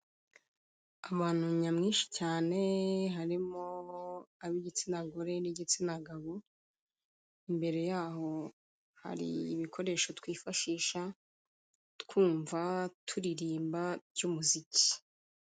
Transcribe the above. Ahantu nyamwinshi cyane, harimo ab'igitsina gore n'igitsina gabo, imbere yaho hari ibikoresho twifashisha twumva, turirimba, by'umuziki.